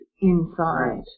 inside